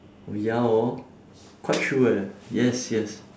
ya hor quite true eh yes yes